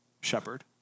shepherd